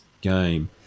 game